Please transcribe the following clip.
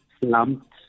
slumped